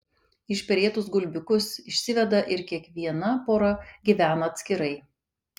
išperėtus gulbiukus išsiveda ir kiekviena pora gyvena atskirai